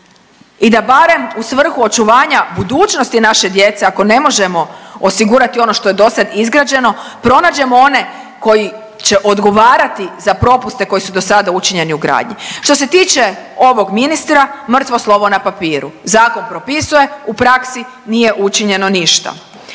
i da barem u svrhu očuvanja budućnosti naše djece, ako ne možemo osigurati ono što je dosad izgrađeno, pronađemo one koji će odgovarati za propuste koji su do sada učinjeni u gradnji. Što se tiče ovog ministra, mrtvo slovo na papiru. Zakon propisuje, u praksi nije učinjeno ništa.